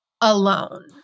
alone